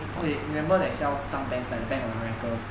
okay remember when sells some bank like banks of america